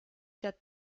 der